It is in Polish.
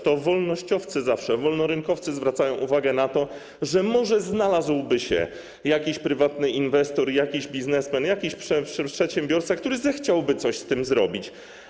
To zawsze wolnościowcy, wolnorynkowcy zwracają uwagę na to, że może znalazłby się jakiś prywatny inwestor, jakiś biznesmen, jakiś przedsiębiorca, który zechciałby coś z tym zrobić.